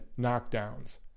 knockdowns